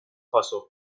پاسخ